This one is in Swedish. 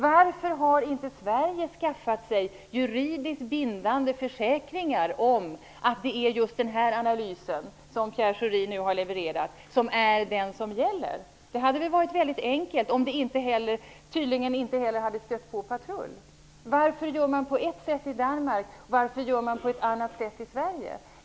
Varför har inte Sverige skaffat sig juridiskt bindande försäkringar om att det är just den analys, som Pierre Schori nu har levererat, som är den som gäller? Det hade varit väldigt enkelt, om det tydligen inte heller hade stött på patrull. Varför gör man på ett sätt i Danmark och på ett annat sätt i Sverige?